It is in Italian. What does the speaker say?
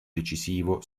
decisivo